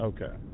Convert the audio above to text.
Okay